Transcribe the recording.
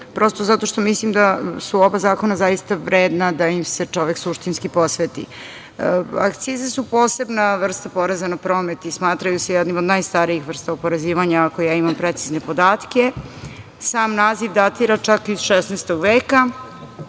prosto zato što mislim da su oba zakona zaista vredna da im se čovek suštinski posveti. Akcize su posebna vrsta poreza na promet i smatraju se jednim od najstarijih vrsta oporezivanja, ako ja imam precizne podatke. Sam naziv datira čak iz 16. veka,